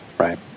Right